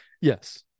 Yes